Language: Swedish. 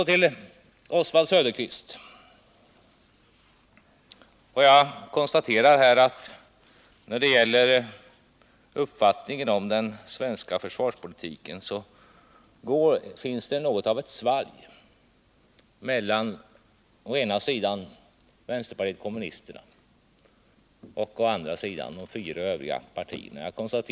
Till Oswald Söderqvist: Jag konstaterar att det när det gäller uppfattningen om den svenska försvarspolitiken finns något av ett svalg mellan å ena sidan vänsterpartiet kommunisterna och å andra sidan de fyra övriga partierna.